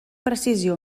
precisió